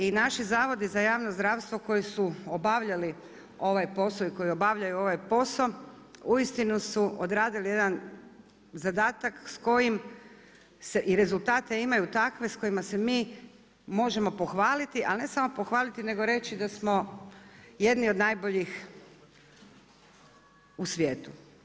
I naši zavodi za javno zdravstvo koji su obavljali ovaj posao i koji obavljaju ovaj posao uistinu su odradili jedan zadatak sa kojim se i rezultate imaju takve sa kojima se mi možemo pohvaliti, ali ne samo pohvaliti, nego reći da smo jedni od najboljih u svijetu.